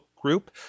group